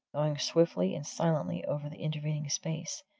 going swiftly and silently over the intervening space,